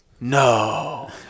no